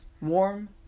warm